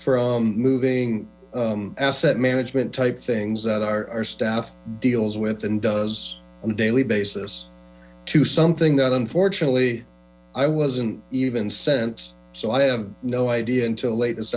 from moving asset management type things that are stff deals with and does on a daily basis to something that unfortunately i wasn't even sent so i have no idea until late this